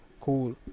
Cool